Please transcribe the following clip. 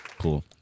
Cool